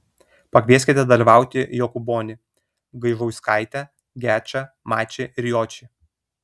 pakvieskite dalyvauti jokūbonį gaižauskaitę gečą mačį ir jočį